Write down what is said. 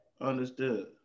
understood